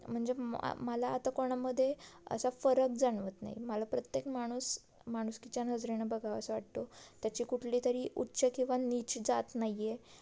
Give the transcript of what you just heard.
म्हणजे मला आता कोणामध्ये असा फरक जाणवत नाही मला प्रत्येक माणूस माणुसकीच्या नजरेनं बघावासा वाटतो त्याची कुठली तरी उच्च किंवा नीच जात नाही आहे